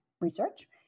research